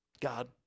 God